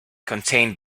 contained